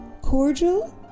Cordial